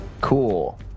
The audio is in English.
Cool